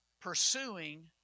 pursuing